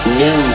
new